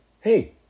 Hey